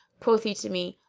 quoth he to me,